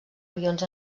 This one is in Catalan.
avions